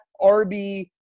rb